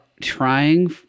trying